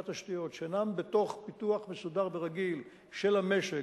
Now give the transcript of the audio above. התשתיות שאינם בתוך פיתוח מסודר ורגיל של המשק,